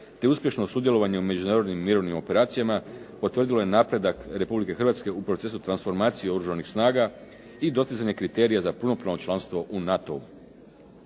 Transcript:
te uspješno sudjelovanje u međunarodnim mirovnim operacijama potvrdilo je napredak Republike Hrvatske u procesu transformacije Oružanih snaga i dostizanje kriterija za punopravno članstvo u NATO-u.